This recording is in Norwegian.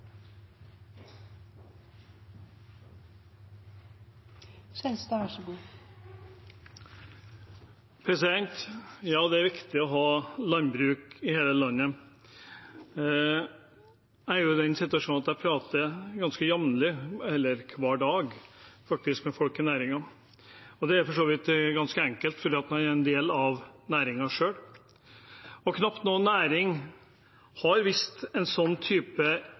i den situasjonen at jeg prater ganske jevnlig – hver dag, faktisk – med folk i næringen. Det er for så vidt ganske enkelt, for jeg er en del av næringen selv. Knapt noen næring har vist en sånn type